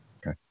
Okay